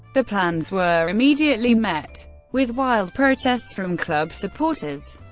the plans were immediately met with wild protests from club supporters.